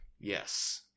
Yes